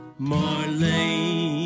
Marlene